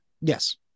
Yes